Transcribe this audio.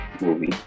movie